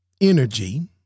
energy